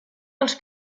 dels